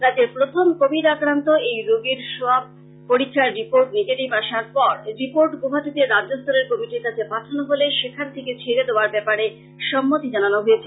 রাজ্যের প্রথম কোবিড আক্রান্ত এই রোগীর সোয়াব পরীক্ষার রির্পোট নিগেটিভ আসার পর রির্পোট গোহাটাতে রাজ্য স্তরের কমিটির কাছে পাঠানো হলে সেখান থেকে ছেড়ে দেওয়ার ব্যাপারে সম্মতি জানানো হয়েছে